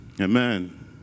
Amen